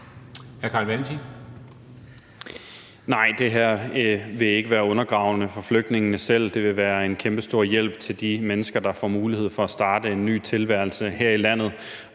Nej, det her vil ikke være undergravende for flygtningene selv. Det vil være en kæmpestor hjælp til de mennesker, der får mulighed for at starte en ny tilværelse her i landet.